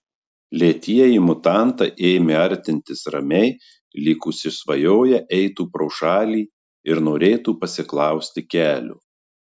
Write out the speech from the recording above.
lėtieji mutantai ėmė artintis ramiai lyg užsisvajoję eitų pro šalį ir norėtų pasiklausti kelio